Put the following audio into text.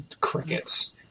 crickets